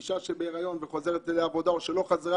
אישה בהיריון שחוזרת לעבודה או שלא חזרה